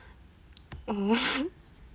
mm